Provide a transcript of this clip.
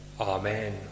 Amen